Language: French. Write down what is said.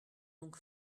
donc